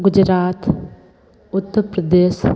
Gujarat Uttar Pradesh